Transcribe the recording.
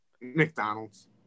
McDonald's